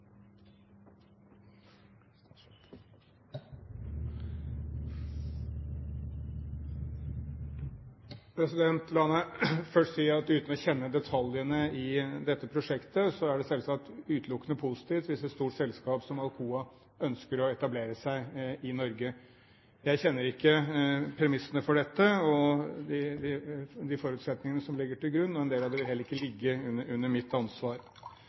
La meg først si – uten å kjenne detaljene i dette prosjektet – at det selvsagt er utelukkende positivt hvis et stort selskap som Alcoa ønsker å etablere seg i Norge. Jeg kjenner ikke premissene for dette og de forutsetningene som ligger til grunn, og en del av dem vil heller ikke ligge under mitt ansvar.